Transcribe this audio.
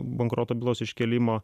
bankroto bylos iškėlimo